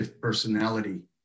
personality